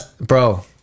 bro